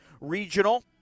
regional